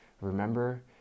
Remember